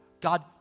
God